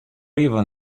even